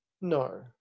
No